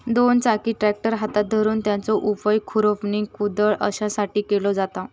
दोन चाकी ट्रॅक्टर हातात धरून त्याचो उपयोग खुरपणी, कुदळ अश्यासाठी केलो जाता